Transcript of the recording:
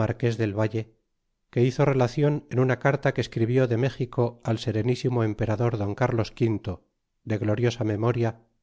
marques del valle que hizo reliao'n en una carta que escribió de méxico al serenísimo emperador don cirios v de gloriosa memoria